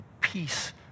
peace